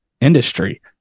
industry